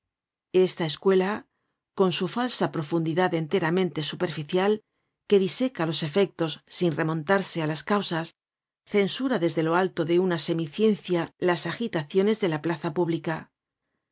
esta escuela con su falsa profundidad content from google book search generated at enteramente superficial que diseca los efectos sia remontarse á las causas censura desde lo alto de una semi ciencia las agitaciones de la plaza pública